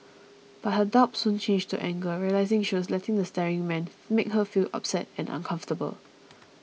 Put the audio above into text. but her doubt soon changed to anger realising she was letting the staring man make her feel upset and uncomfortable